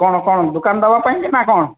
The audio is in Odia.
କ'ଣ କ'ଣ ଦୋକାନ ଦେବାପାଇଁ କି ନା କ'ଣ